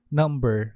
number